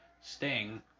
Sting